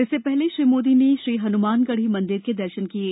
इससे पहले श्री मोदी ने श्रीहनुमानगढी मंदिर को दर्शन किये